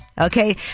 Okay